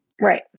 Right